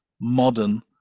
modern